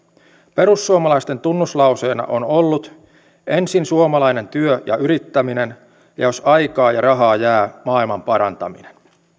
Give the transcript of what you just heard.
perussuomalaisten tunnuslauseena on ollut ensin suomalainen työ ja yrittäminen jos sitten aikaa ja rahaa jää niin maailman parantaminen